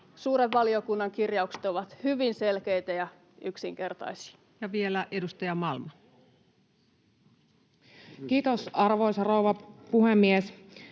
suuren valiokunnan kirjaukset ovat hyvin selkeitä ja yksinkertaisia. Ja vielä edustaja Malm. Kiitos, arvoisa rouva puhemies!